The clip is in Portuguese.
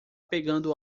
pegando